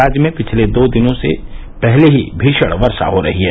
राज्य में पिछले दो दिनों से पहले ही भीषण वर्षा हो रही है